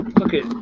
okay